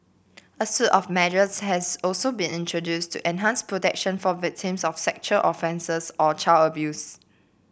a suite of measures has also been introduced to enhance protection for victims of sexual offences or child abuse